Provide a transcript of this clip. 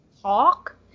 talk